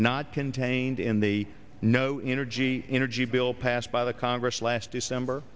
not contained in the no energy energy bill passed by the congress last december